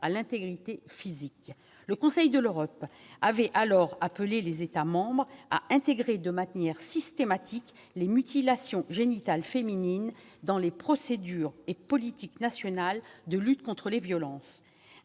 à l'intégrité physique. Il avait aussi appelé les États membres à intégrer de manière systématique les mutilations génitales féminines dans les procédures et politiques nationales de lutte contre les violences,